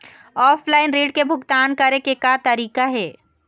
Offline ऋण के भुगतान करे के का तरीका हे?